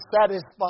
satisfied